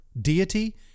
deity